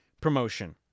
promotion